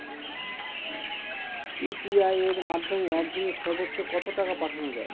UPI এর মাধ্যমে এক দিনে সর্বচ্চ কত টাকা পাঠানো যায়?